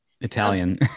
italian